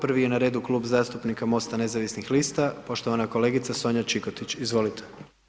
Prvi je na redu Klub zastupnika MOST-a nezavisnih lista, poštovana kolegica Sonja Čikotić, izvolite.